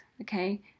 okay